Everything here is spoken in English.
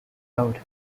out